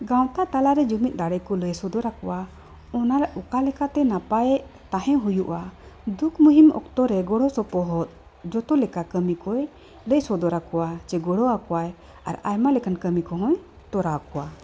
ᱜᱟᱶᱛᱟ ᱛᱟᱞᱟᱨᱮ ᱡᱩᱢᱤᱫ ᱫᱟᱲᱮ ᱠᱚ ᱞᱟᱹᱭ ᱥᱚᱫᱚᱨ ᱟᱠᱚᱣᱟ ᱚᱱᱟᱨᱮ ᱚᱠᱟ ᱞᱮᱠᱟᱛᱮ ᱱᱟᱯᱟᱭ ᱛᱟᱦᱮᱸ ᱦᱩᱭᱩᱜᱼᱟ ᱫᱩᱠᱢᱩᱦᱤᱢ ᱚᱠᱛᱚᱨᱮ ᱜᱚᱲᱚ ᱥᱚᱯᱚᱦᱚᱫ ᱡᱚᱛᱚ ᱞᱮᱠᱟ ᱠᱟᱹᱢᱤ ᱠᱚᱭ ᱞᱟᱹᱭ ᱥᱚᱫᱚᱨ ᱟᱠᱚᱣᱟ ᱥᱮ ᱜᱚᱲᱚ ᱟᱠᱚᱣᱟᱭ ᱟᱨ ᱟᱭᱢᱟ ᱞᱮᱠᱟᱱ ᱠᱟᱹᱢᱤ ᱠᱚᱦᱚᱸᱭ ᱛᱚᱨᱟᱣ ᱠᱚᱣᱟ